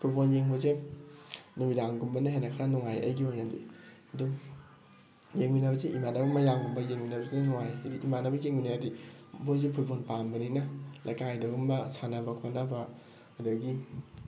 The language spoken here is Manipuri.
ꯐꯨꯠꯕꯣꯜ ꯌꯦꯡꯕꯁꯦ ꯅꯨꯃꯤꯗꯥꯡꯒꯨꯝꯕꯅ ꯍꯦꯟꯅ ꯈꯔ ꯅꯨꯡꯉꯥꯏ ꯑꯩꯒꯤ ꯑꯣꯏꯅꯗꯤ ꯑꯗꯨꯝ ꯌꯦꯡꯃꯤꯟꯅꯕꯁꯦ ꯏꯃꯥꯟꯅꯕ ꯃꯌꯥꯝꯒꯨꯝꯕ ꯌꯦꯡꯃꯤꯟꯅꯕꯁꯤꯅ ꯅꯨꯡꯉꯥꯏꯌꯦ ꯍꯥꯏꯗꯤ ꯏꯃꯥꯟꯅꯕꯒ ꯌꯦꯡꯃꯤꯟꯅꯔꯗꯤ ꯃꯣꯏꯁꯨ ꯐꯨꯠꯕꯣꯜ ꯄꯥꯝꯕꯅꯤꯅ ꯂꯩꯀꯥꯏꯗꯒꯨꯝꯕ ꯁꯥꯟꯅꯕ ꯈꯣꯠꯅꯕ ꯑꯗꯒꯤ